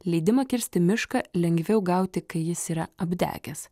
leidimą kirsti mišką lengviau gauti kai jis yra apdegęs